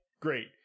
Great